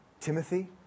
Timothy